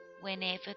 whenever